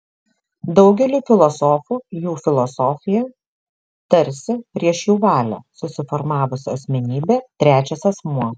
daugeliui filosofų jų filosofija tarsi prieš jų valią susiformavusi asmenybė trečias asmuo